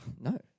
No